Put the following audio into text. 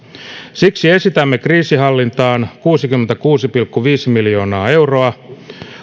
siksi esitämme kriisinhallintaan kuusikymmentäkuusi pilkku viisi miljoonaa euroa